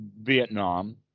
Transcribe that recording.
Vietnam